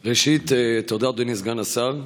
ראשית, תודה, אדוני סגן השר.